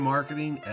Marketing